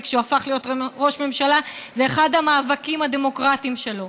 וכשהוא הפך להיות ראש הממשלה זה היה אחד המאבקים הדמוקרטיים שלו,